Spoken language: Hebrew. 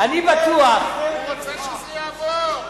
הוא רוצה שזה יעבור.